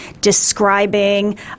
describing